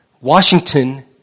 Washington